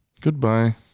goodbye